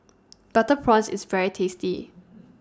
Butter Prawns IS very tasty